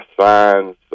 signs